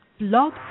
Blog